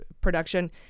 production